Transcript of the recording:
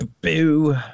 boo